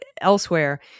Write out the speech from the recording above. elsewhere